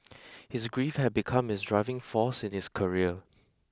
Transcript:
his grief have become his driving force in his career